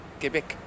Quebec